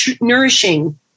nourishing